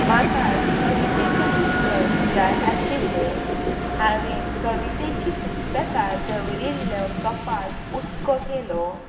म्हाका कवितेचें पुस्तक जाय आशिल्लें हांवें कवितेचीं पुस्तकां दवरिल्लो कपाट उक्तो केलो